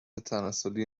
تناسلی